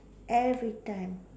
every time